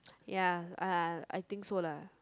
ya ya I think so lah